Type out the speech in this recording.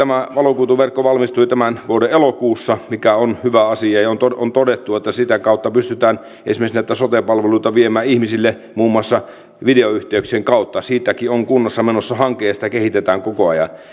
valokuituverkko valmistui tämän vuoden elokuussa mikä on hyvä asia ja on todettu että sitä kautta pystytään esimerkiksi näitä sote palveluita viemään ihmisille muun muassa videoyhteyksien kautta siitäkin on kunnassa menossa hanke ja sitä kehitetään koko ajan